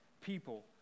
people